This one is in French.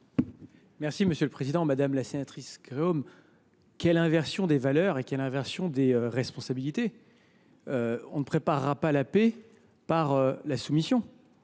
le ministre délégué. Madame la sénatrice Gréaume, quelle inversion des valeurs et quelle inversion des responsabilités ! On ne préparera pas la paix par la soumission,